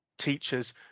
teachers